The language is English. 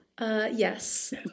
Yes